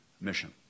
mission